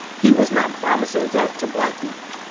he was not promising that to black people.